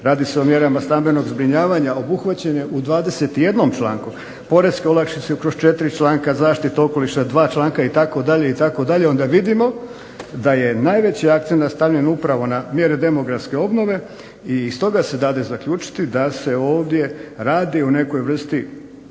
radi se o mjerama stambenog zbrinjavanja obuhvaćene u 21 članku, poreske olakšice kroz četiri članka zaštite okoliša, dva članka, itd., onda vidimo da je najveći akcenat stavljen upravo na mjere demografske obnove i stoga se dade zaključiti da se ovdje radi o nekoj vrsti,